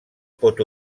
pot